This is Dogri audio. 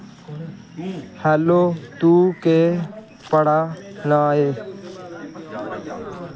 हैलो तूं केह् पढ़ा ना ऐं